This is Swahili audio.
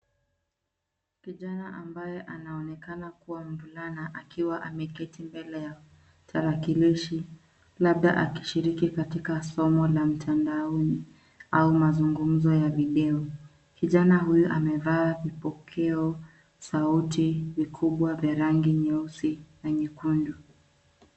Kijana ambaye anaonekana kuwa mvulana akiwa ameketi mbele ya tarakilishi, labda akishiriki katika somo la mtandaoni au mazungumzo ya video . Kijana huyu amevaa vipokeo sauti vikubwa vya rangi nyeusi na nyekundu.